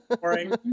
boring